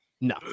no